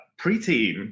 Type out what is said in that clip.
preteen